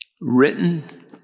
written